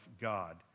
God